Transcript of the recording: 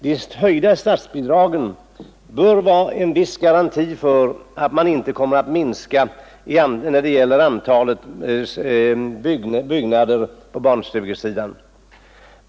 De höjda statsbidragen bör vara en viss garanti för att man inte kommer att minska antalet barnstugebyggen.